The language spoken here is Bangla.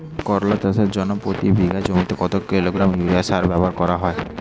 করলা চাষের জন্য প্রতি বিঘা জমিতে কত কিলোগ্রাম ইউরিয়া সার ব্যবহার করা হয়?